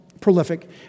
prolific